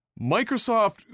Microsoft